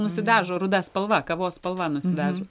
nusidažo ruda spalva kavos spalva nusidažo